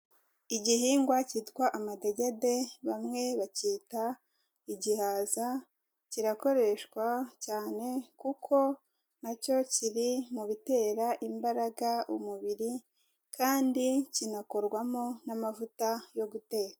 Igihingwa cyitwa amadegede bamwe bacyita igihaza, kirakoreshwa cyane kuko nacyo kiri mu bitera imbaraga umubiri kandi kinakorwamo n'amavuta yo guteka.